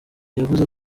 yavuze